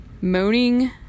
moaning